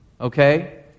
Okay